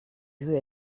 höhe